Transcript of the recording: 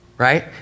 right